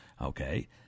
okay